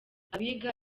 abiga